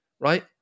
right